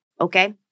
okay